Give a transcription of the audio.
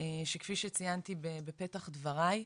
שכפי שציינתי בפתח דבריי,